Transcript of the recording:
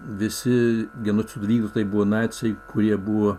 visi genocido vykdytojai buvo naciai kurie buvo